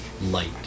light